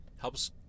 helps